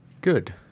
Good